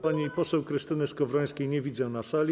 Pani poseł Krystyny Skowrońskiej nie widzę na sali.